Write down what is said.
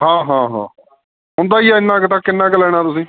ਹਾਂ ਹਾਂ ਹਾਂ ਹੁੰਦਾ ਹੀ ਆ ਇੰਨਾ ਕੁ ਤਾਂ ਕਿੰਨਾ ਕੁ ਲੈਣਾ ਤੁਸੀਂ